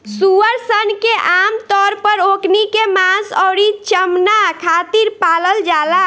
सूअर सन के आमतौर पर ओकनी के मांस अउरी चमणा खातिर पालल जाला